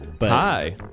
Hi